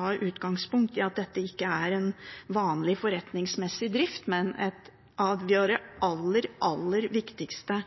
med utgangspunkt i at dette ikke er en vanlig forretningsmessig drift, men en av våre aller, aller viktigste